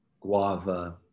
guava